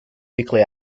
weekly